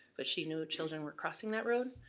but she knew children were crossing that road,